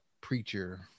preacher